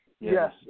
Yes